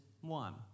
one